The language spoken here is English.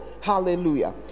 Hallelujah